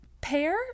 Pear